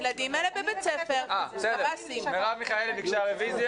הילדים האלה בבית הספר --- מרב מיכאלי ביקשה רביזיה.